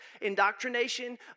indoctrination